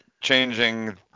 changing